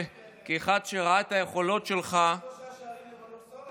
אנחנו לא שואלים אתכם.